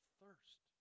thirst